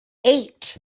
eight